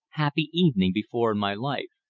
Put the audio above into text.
happy evening before in my life.